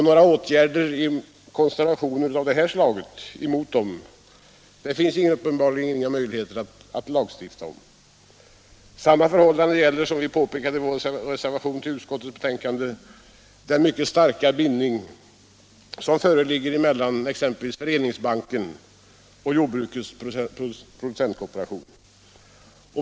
Några åtgärder mot konstellationer av det slaget finns det uppenbarligen ingen möjlighet att lagstifta om, Samma förhållande gäller, som vi påpekat i vår reservation vid utskottets betänkande, den mycket starka bindning som föreligger mellan exempelvis Föreningsbanken och jordbrukets producentkooperation.